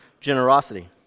generosity